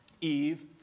eve